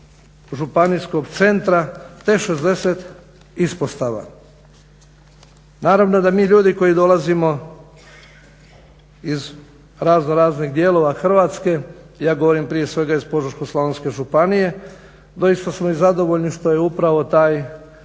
županijskog centra te 60. ispostava. Naravno da mi ljudi koji dolazimo iz razno raznih dijelova Hrvatske, ja govorim prije svega iz Požeško-slavonske županije, doista smo i zadovoljni što je upravo taj